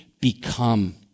become